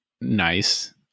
nice